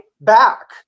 Back